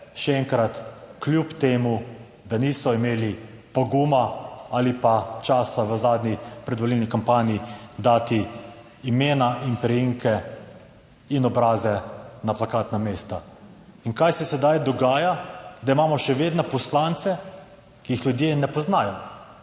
še enkrat - kljub temu, da niso imeli poguma, ali pa časa v zadnji predvolilni kampanji. Dati. Imena in priimke in obraze na plakatna mesta. In kaj se sedaj dogaja? Da imamo še vedno poslance, ki jih ljudje ne poznajo